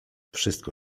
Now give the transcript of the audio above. wszystko